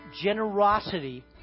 generosity